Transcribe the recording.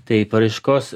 tai paraiškos